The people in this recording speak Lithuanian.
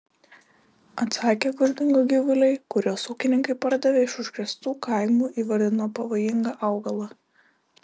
atsakė kur dingo gyvuliai kuriuos ūkininkai pardavė iš užkrėstų kaimų įvardino pavojingą augalą